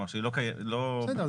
בסדר.